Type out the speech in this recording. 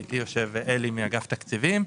איתי יושב אלי מאגף תקציבים.